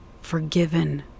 forgiven